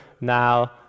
now